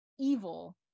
evil